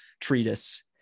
treatise